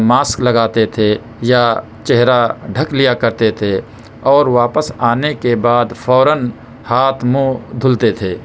mask لگاتے تھے یا چہرہ ڈھک لیا کرتے تھے اور واپس آنے کے بعد فوراً ہاتھ منہ دھلتے تھے